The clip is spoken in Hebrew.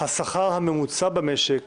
השכר הממוצע במשק